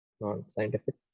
non-scientific